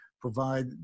provide